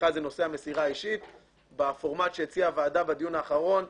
האחד הוא נושא המסירה האישית בפורמט שהציעה הוועדה בדיון האחרון,